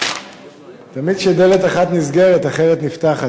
תמיד כשדלת אחת נסגרת אחרת נפתחת.